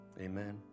Amen